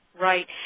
right